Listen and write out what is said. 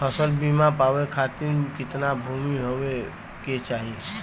फ़सल बीमा पावे खाती कितना भूमि होवे के चाही?